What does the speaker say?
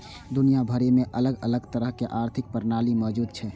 दुनिया भरि मे अलग अलग तरहक आर्थिक प्रणाली मौजूद छै